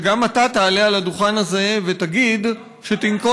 שגם אתה תעלה על הדוכן הזה ותגיד שתנקוט